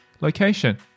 location